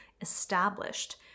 established